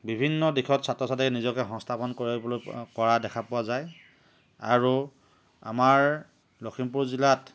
বিভিন্ন দিশত ছাত্ৰ ছাত্ৰীয়ে নিজকে সংস্থাপন কৰিবলৈ কৰা দেখা পোৱা যায় আৰু আমাৰ লখিমপুৰ জিলাত